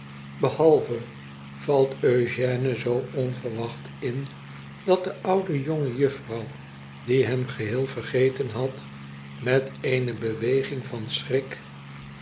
behalve valt eugène zoo onverwacht in dat de oude jonge ju frouw die hem geheel vergeten had met eene beweging van schrik